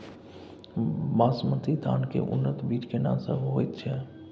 बासमती धान के उन्नत बीज केना सब होयत छै?